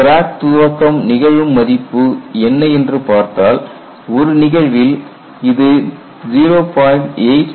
crack துவக்கம் நிகழும் மதிப்பு என்ன என்று பார்த்தால் ஒரு நிகழ்வில் இது 0